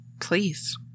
Please